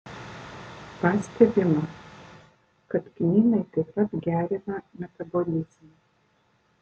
pastebima kad kmynai taip pat gerina metabolizmą